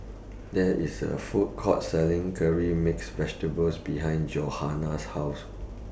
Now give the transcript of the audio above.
There IS A Food Court Selling Curry Mixed Vegetables behind Johannah's House